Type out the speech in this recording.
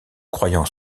croyant